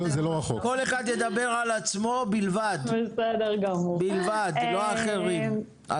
כל אחד ידבר על עצמו בלבד ולא על אחרים.